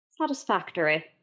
Satisfactory